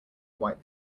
white